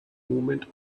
movement